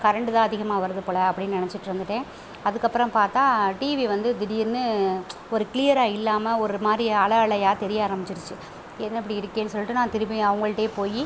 current தான் அதிகமாக வருது போல் அப்படினு நினச்சிட்ருந்துட்டேன் அதுக்கு அப்புறோ பார்த்தா டிவி வந்து திடீர்னு ஒரு க்ளியராக இல்லாமல் ஒரு மாதிரி அலை அலையாக தெரிய அரமிச்சுடுச்சி என்ன இப்படி இருக்கேனு சொல்லிட்டு நான் திருப்பி அவங்கள்ட்டியே போய்